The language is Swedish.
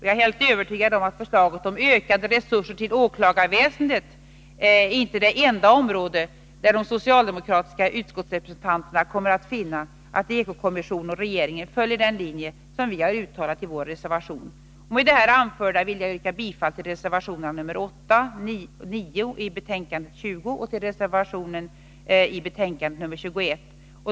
Jag är helt övertygad om att förslaget om ökade resurser till åklarväsendet inte är det enda område där de socialdemokratiska utskottsrepresentanterna kommer att finna att eko-kommissionen och regeringen följer den linje vi har uttalat i vår reservation. Med det här anförda vill jag yrka bifall till reservationerna 8 och 9 i betänkandet 20 och till reservationen i betänkandet 21.